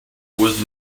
was